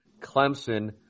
Clemson